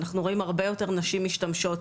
אנחנו רואים הרבה יותר נשים משתמשות.